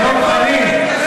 דב חנין,